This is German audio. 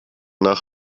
nach